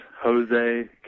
Jose